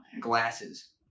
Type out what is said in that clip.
Glasses